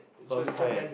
so is Kai-Yuan